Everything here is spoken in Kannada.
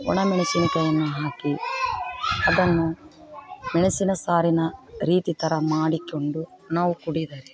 ಒಣ ಮೆಣಸಿನಕಾಯನ್ನು ಹಾಕಿ ಅದನ್ನು ಮೆಣಸಿನ ಸಾರಿನ ರೀತಿ ಥರ ಮಾಡಿಕೊಂಡು ನಾವು ಕುಡಿದರೆ